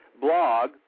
blog